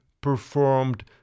performed